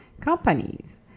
companies